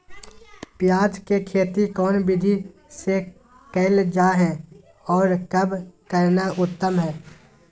प्याज के खेती कौन विधि से कैल जा है, और कब करना उत्तम है?